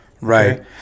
right